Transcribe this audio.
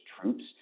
troops